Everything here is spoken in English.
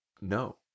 No